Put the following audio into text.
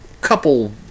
couple